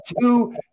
two